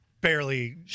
Barely